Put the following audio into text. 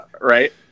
Right